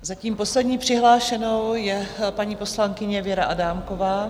Zatím poslední přihlášenou je paní poslankyně Věra Adámková.